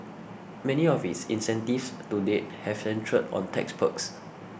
many of its incentives to date have centred on tax perks